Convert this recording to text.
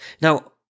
Now